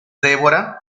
deborah